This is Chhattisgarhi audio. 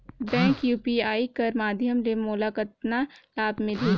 बैंक यू.पी.आई कर माध्यम ले मोला कतना लाभ मिली?